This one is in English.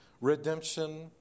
redemption